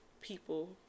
people